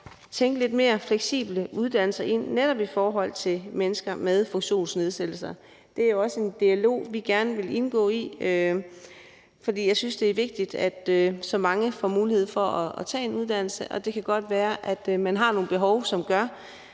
tænke lidt mere fleksible uddannelser ind netop i forhold til mennesker med funktionsnedsættelser. Det er også en dialog, vi gerne vil indgå i, for jeg synes, det er vigtigt, at så mange som muligt får mulighed for at tage en uddannelse, og det kan godt være, at man har nogle behov, som gør,